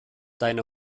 deine